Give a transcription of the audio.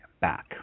back